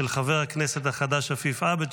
של חבר הכנסת החדש עפיף עבד,